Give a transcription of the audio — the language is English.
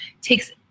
takes